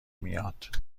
میاد